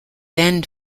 then